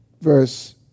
verse